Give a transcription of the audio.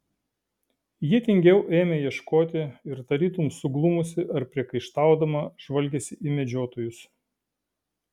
ji tingiau ėmė ieškoti ir tarytum suglumusi ar priekaištaudama žvalgėsi į medžiotojus